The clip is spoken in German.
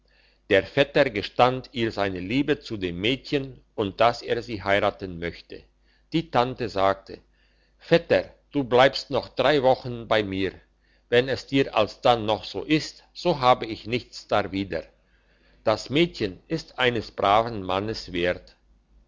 der vetter gestand ihr seine liebe zu dem mädchen und dass er sie heiraten möchte die tante sagte vetter du bleibt noch drei wochen bei mir wenn es dir alsdann noch so ist so habe ich nichts darwider das mädchen ist eines braven mannes wert